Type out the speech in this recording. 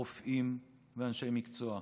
רופאים ואנשי מקצוע,